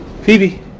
Phoebe